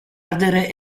ardere